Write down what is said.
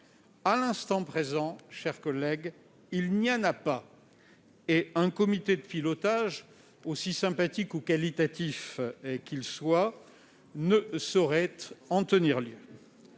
À l'instant présent, mes chers collègues, il n'y en a pas, et un comité de pilotage, aussi sympathique ou qualitatif qu'il soit, ne saurait en tenir lieu.